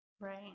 Right